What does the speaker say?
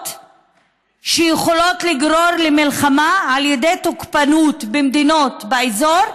שיכולות לגרור למלחמה על ידי תוקפנות במדינות באזור,